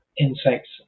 insects